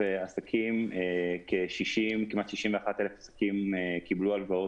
עסקים כמעט 61,000 עסקים קיבלו הלוואות,